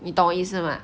你懂我意思吗